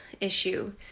issue